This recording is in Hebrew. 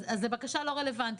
אז זו בקשה לא רלוונטית,